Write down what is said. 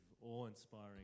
awe-inspiring